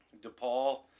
DePaul